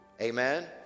Amen